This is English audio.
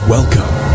Welcome